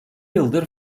yıldır